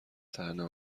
طعنه